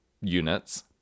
units